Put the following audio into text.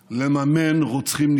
טובה,